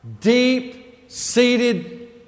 deep-seated